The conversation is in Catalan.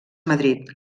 madrid